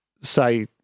say